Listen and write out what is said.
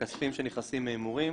וכספים שנכנסים מהימורים